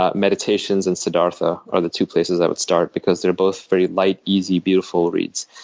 ah meditations and siddhartha are the two places i would start because they're both very light, easy, beautiful reads.